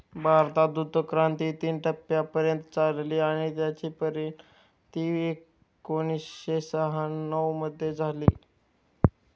भारतात दूधक्रांती तीन टप्प्यांपर्यंत चालली आणि त्याची परिणती एकोणीसशे शहाण्णव मध्ये झाली